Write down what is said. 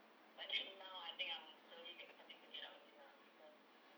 but then now I think I'm slowly starting to get out again ah because